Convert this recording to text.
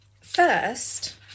First